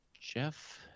Jeff